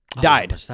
died